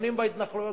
בונים בהתנחלויות,